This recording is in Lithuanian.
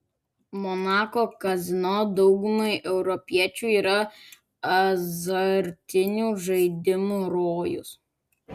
monako kazino daugumai europiečių yra azartinių žaidimų rojus